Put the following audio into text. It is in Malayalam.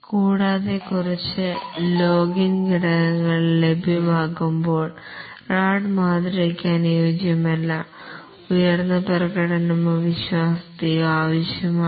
കൂടാതെ കുറച്ച് ലോഗിൻ ഘടകങ്ങൾ ലഭ്യമാകുമ്പോൾ റാഡ് മാതൃകക്ക് അനുയോജ്യമല്ല ഉയർന്ന പ്രകടനമോ വിശ്വാസ്യതയോ ആവശ്യമാണ്